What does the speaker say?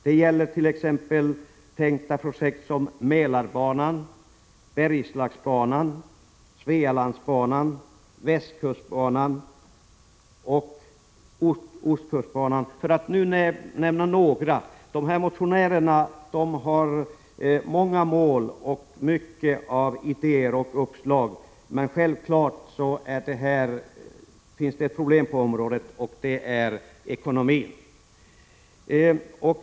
Det gäller t.ex. tänkta projekt som Mälarbanan, Bergslagsbanan, Svealandsbanan, Västkustbanan och Oskustbanan. Motionärerna har många mål, idéer och uppslag. Självklart finns det problem på området i fråga, nämligen ekonomin.